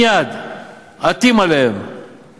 מייד עטים עליהם